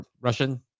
Russian